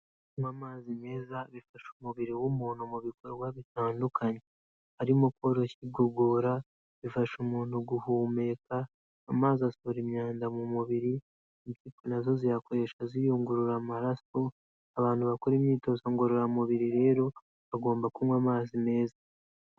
Kunywa amazi meza bifasha umubiri w'umuntu mu bikorwa bitandukanye, harimo koroshya igogora, bifasha umuntu guhumeka, amazi asohora imyanda mu mubiri, impyiko nazo ziyakoresha ziyungurura amaraso, abantu bakora imyitozo ngororamubiri rero bagomba kunywa amazi meza.